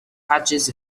patches